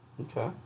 Okay